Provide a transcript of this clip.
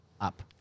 up